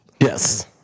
Yes